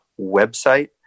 website